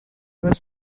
was